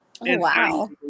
Wow